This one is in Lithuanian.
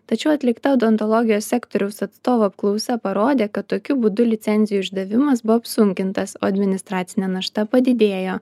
tačiau atlikta odontologijos sektoriaus atstovų apklausa parodė kad tokiu būdu licenzijų išdavimas buvo apsunkintas o administracinė našta padidėjo